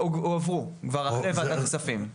הועברו, כבר אחרי ועדת הכספים.